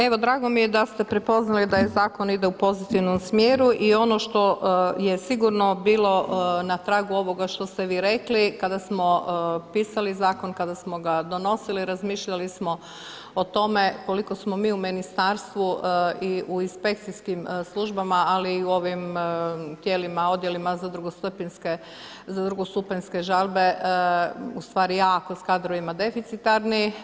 Evo, drago mi je da ste prepoznali da je Zakon ide u pozitivnom smjeru i ono što je sigurno bilo na tragu ovoga što ste vi rekli, kada smo pisali Zakon, kada smo ga donosili, razmišljali smo o tome koliko smo mi u Ministarstvu i u inspekcijskim službama, ali i u ovim tijelima, odjelima za drugostupanjske žalbe u stvari jako s kadrovima deficitarni.